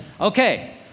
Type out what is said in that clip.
okay